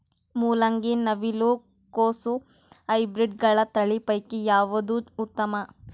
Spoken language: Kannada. ಮೊಲಂಗಿ, ನವಿಲು ಕೊಸ ಹೈಬ್ರಿಡ್ಗಳ ತಳಿ ಪೈಕಿ ಯಾವದು ಉತ್ತಮ?